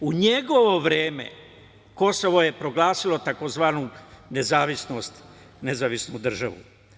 U njegovo vreme Kosovo je proglasilo tzv. nezavisnu državu.